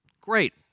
Great